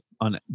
on